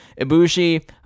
Ibushi